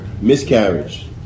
Miscarriage